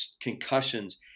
concussions